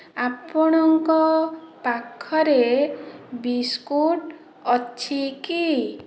ଆପଣଙ୍କ ପାଖରେ ବିସ୍କୁଟ ଅଛି କି